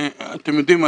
אתם יודעים,